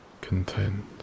content